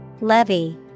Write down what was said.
Levy